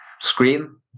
screen